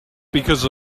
because